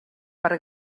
per